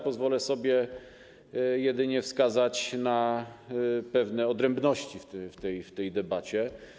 Pozwolę sobie jedynie wskazać na pewne odrębności w ramach tej debaty.